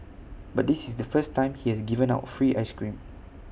but this is the first time he has given out free Ice Cream